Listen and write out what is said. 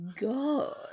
God